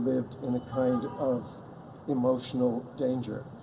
lived in a kind of emotional danger.